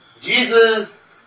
Jesus